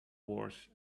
wars